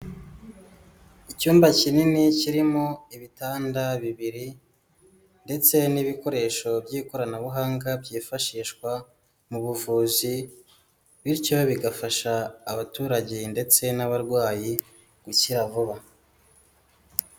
Icyumba kinini kirimo ibitanda bibiri ndetse n'ibikoresho by'ikoranabuhanga byifashishwa mu buvuzi bityo bigafasha abaturage ndetse n'abarwayi gukira vuba.